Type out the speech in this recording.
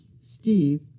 Steve